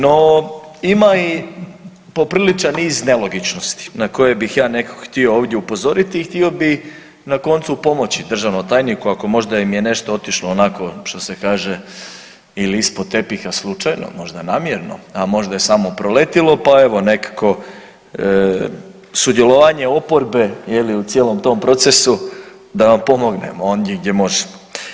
No, ima i popriličan niz nelogičnosti na koje bih ja nekako htio ovdje upozoriti i htio bih na koncu pomoći državnom tajniku ako možda im je nešto otišlo onako što se kaže ili ispod tepih slučajno, možda namjerno a možda je samo proletilo, pa evo nekako sudjelovanje oporbe jeli u cijelom tom procesu da vam pomognemo ondje gdje možemo.